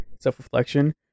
self-reflection